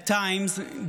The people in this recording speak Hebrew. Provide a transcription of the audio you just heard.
at times,